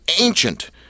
ancient